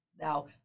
Now